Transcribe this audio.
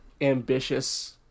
ambitious